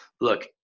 look